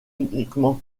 uniquement